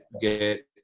get